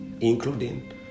including